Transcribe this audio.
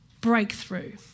breakthrough